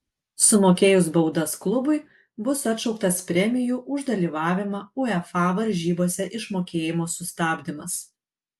sumokėjus baudas klubui bus atšauktas premijų už dalyvavimą uefa varžybose išmokėjimo sustabdymas